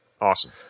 awesome